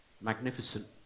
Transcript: magnificent